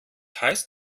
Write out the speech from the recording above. heißt